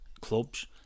clubs